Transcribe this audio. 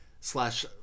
slash